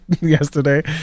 yesterday